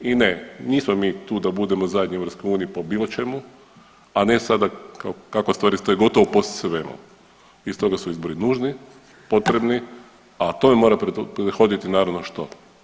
I ne, nismo mi tu da budemo zadnji u EU po bilo čemu, a ne sada, kako stvari stoje gotovo po svemu i stoga su izbori nužni, potrebni, a tome mora prethoditi, naravno, što?